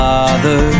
Father